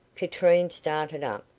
katrine started up,